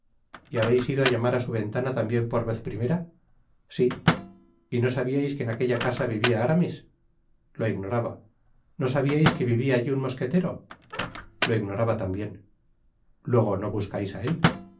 y habeis ido á llamar á su ventana tambien por vez primera sí y no sabiais que en aquella casa vivía aramis lo ignoraba no sabiais que vivía allí un mosquetero lo ignoraba tambien luego no buscais á él